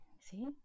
See